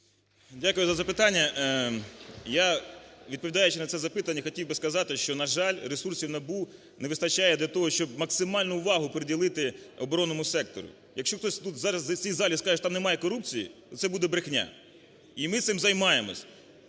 Дякую за запитання. Я, відповідаючи на це запитання, хотів би сказати, що, на жаль, ресурсів НАБУ не вистачає для того, щоб максимальну увагу приділити оборонному сектору. Якщо хтось зараз у цій залі скаже, що там немає корупції, то це буде брехня,і ми цим займаємося.